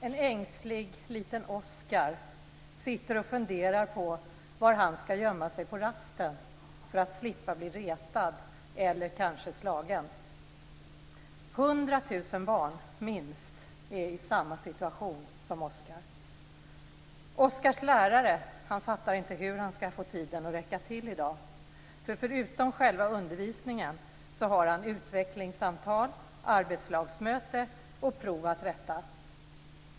En ängslig liten Oskar sitter och funderar på var han ska gömma sig på rasten för att slippa bli retad eller kanske slagen. Hundra tusen barn - minst - är i samma situation som Oskar. Oskars lärare fattar inte hur han ska få tiden att räcka till i dag. Förutom själva undervisningen har han utvecklingssamtal, arbetslagsmöte och prov att rätta.